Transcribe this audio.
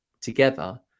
together